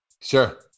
Sure